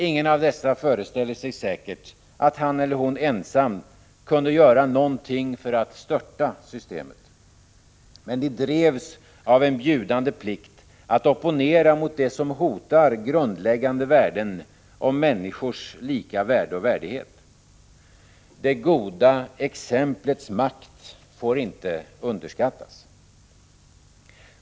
Ingen av dessa föreställer sig säkert att han eller hon ensam kunde göra någonting för att störta systemet, men de drevs av en bjudande plikt att opponera mot det som hotar grundläggande värden om människors lika värde och värdighet. Det goda exmplets makt får inte underskattas.